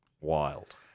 wild